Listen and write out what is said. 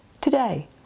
today